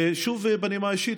ושוב בנימה אישית,